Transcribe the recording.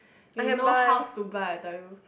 you no house to buy I tell you